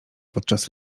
podczas